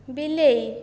ବିଲେଇ